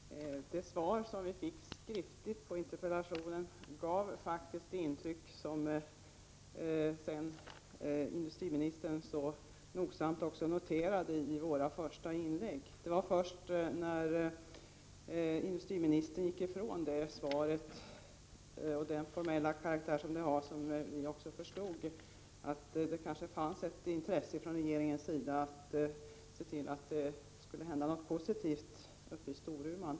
Herr talman! Det svar som vi fick skriftligen på interpellationen gav faktiskt det intryck som industriministern så nogsamt noterade i våra första inlägg att vi fått. Det var först när industriministern gick ifrån det svaret och dess formella karaktär som vi förstod att det kanske fanns ett intresse också från regeringens sida att se till att det händer något positivt uppe i Storuman.